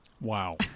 Wow